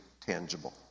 tangible